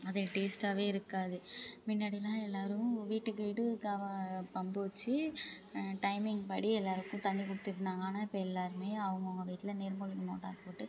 அது டேஸ்ட்டாவே இருக்காது முன்னாடிலாம் எல்லோரும் வீட்டுக்கு வீடு க பம்பு வச்சு டைமிங் படி எல்லோருக்கும் தண்ணி கொடுத்துட்டு இருந்தாங்க ஆனால் இப்போ எல்லோருமே அவங்கவங்க வீட்டில் நீர் மூழ்கி மோட்டார் போட்டு